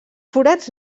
forats